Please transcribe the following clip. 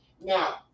Now